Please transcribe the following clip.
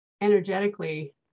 energetically